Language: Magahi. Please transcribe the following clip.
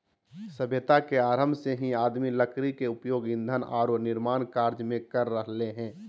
सभ्यता के आरंभ से ही आदमी लकड़ी के उपयोग ईंधन आरो निर्माण कार्य में कर रहले हें